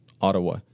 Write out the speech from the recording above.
Ottawa